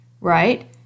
right